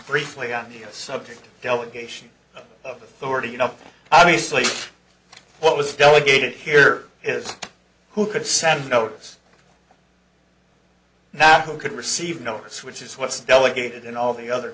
briefly on the subject of delegation of authority you know obviously what was delegated here is who could send a notice now who could receive notice which is what's delegated in all the other